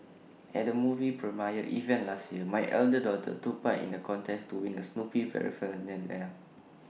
at A movie premiere event last year my elder daughter took part in A contest to win Snoopy Paraphernalia